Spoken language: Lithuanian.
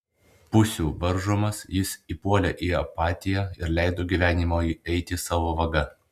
pusių varžomas jis įpuolė į apatiją ir leido gyvenimui eiti savo vaga